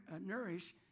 nourish